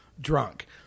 drunk